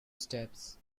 steps